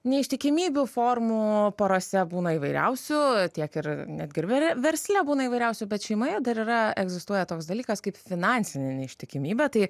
neištikimybių formų porose būna įvairiausių tiek ir netgi ir vere versle būna įvairiausių bet šeimoje dar yra egzistuoja toks dalykas kaip finansinė neištikimybė tai